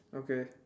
okay